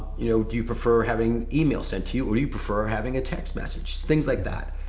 you know do you prefer having email sent to you? or do you prefer having a text message, things like that.